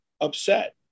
upset